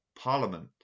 parliament